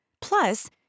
Plus